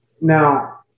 Now